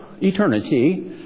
eternity